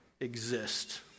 exist